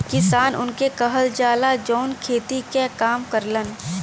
किसान उनके कहल जाला, जौन खेती क काम करलन